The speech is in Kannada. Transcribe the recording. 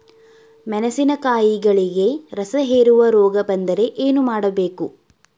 ಮೆಣಸಿನಕಾಯಿಗಳಿಗೆ ರಸಹೇರುವ ರೋಗ ಬಂದರೆ ಏನು ಮಾಡಬೇಕು?